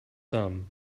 some